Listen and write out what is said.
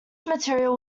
material